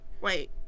wait